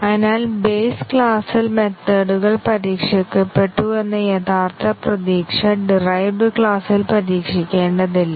അതിനാൽ ബേസ് ക്ലാസ്സിൽ മെത്തേഡ്കൾ പരീക്ഷിക്കപ്പെട്ടു എന്ന യഥാർത്ഥ പ്രതീക്ഷ ഡിറൈവ്ഡ് ക്ലാസിൽ പരീക്ഷിക്കേണ്ടതില്ല